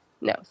no